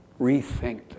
Rethink